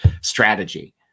strategy